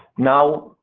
now,